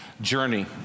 journey